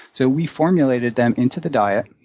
so we formulated them into the diet,